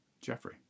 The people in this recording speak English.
Jeffrey